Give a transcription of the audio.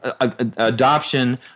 adoption